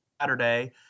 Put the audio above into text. Saturday